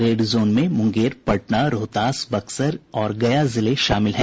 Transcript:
red zone में मुंगेर पटना रोहतास बक्सर और गया जिले शामिल हैं